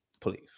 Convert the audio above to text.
please